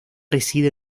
reside